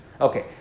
Okay